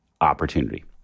opportunity